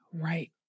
Right